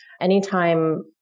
anytime